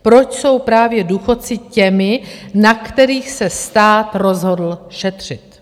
Proč jsou právě důchodci těmi, na kterých se stát rozhodl šetřit.